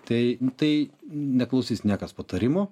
tai tai neklausys niekas patarimų